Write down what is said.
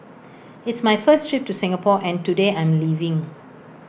it's my first trip to Singapore and today I'm leaving